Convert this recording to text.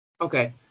Okay